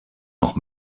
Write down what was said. noch